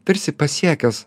tarsi pasiekęs